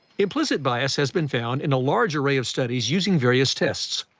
implicit bias has been found in a large array of studies using various tests,